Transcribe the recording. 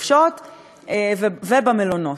בחופשות ובמלונות.